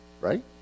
right